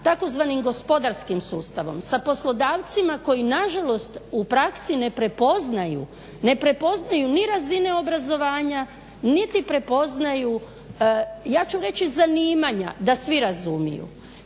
sa tzv. gospodarskim sustavom, sa poslodavcima koji na žalost u praksi ne prepoznaju ni razine obrazovanja, niti prepoznaju ja ću reći zanimanja da svi razumiju.